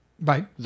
Right